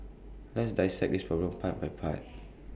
let's dissect this problem part by part